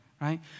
Right